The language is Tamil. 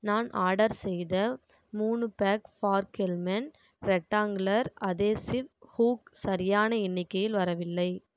நான் ஆர்டர் செய்த மூணு pack Farkelman rectangular adhesive hook சரியான எண்ணிக்கையில் வரவில்லை